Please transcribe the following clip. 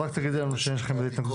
אז רק תגידי לנו אם יש לכם התנגדות.